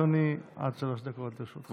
אדוני, עד שלוש דקות לרשותך.